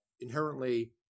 inherently